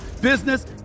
business